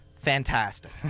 Fantastic